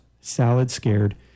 salad-scared